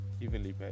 Evenly